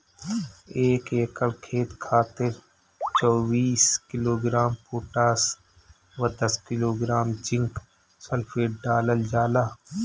एक एकड़ खेत खातिर चौबीस किलोग्राम पोटाश व दस किलोग्राम जिंक सल्फेट डालल जाला?